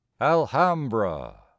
Alhambra